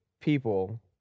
People